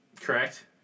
Correct